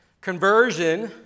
Conversion